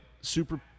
super